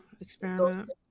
experiment